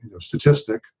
statistic